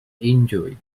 injury